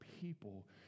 people